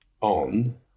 on